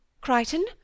Crichton